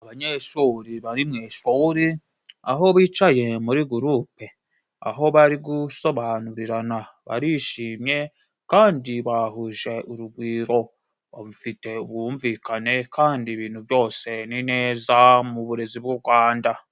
Abanyeshuri bari mu ishuri, aho bicaye muri gurupe, aho bari gusobanurana, barishimye kandi bahuje urugwiro, bafite ubwumvikane, kandi ibintu byose ni neza mu burezi bw’u Rwanda.